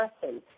person